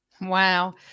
Wow